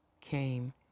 came